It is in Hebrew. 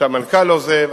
כשהמנכ"ל עוזב,